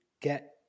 get